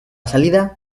salida